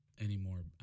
anymore